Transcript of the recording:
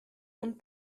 und